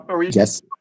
Yes